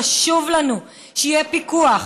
חשוב לנו שיהיה פיקוח,